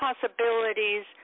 possibilities